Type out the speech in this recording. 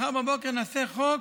מחר בבוקר נעשה חוק,